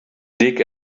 dig